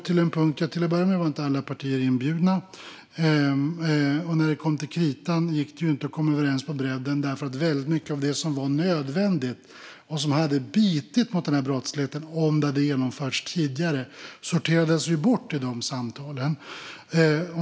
Till att börja med var inte alla partier inbjudna, och när det kom till kritan gick det inte att komma överens på bredden därför att väldigt mycket av det som var nödvändigt och som hade bitit på den här brottsligheten om det genomförts tidigare sorterades bort i de samtalen.